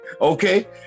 Okay